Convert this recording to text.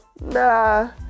nah